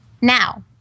Now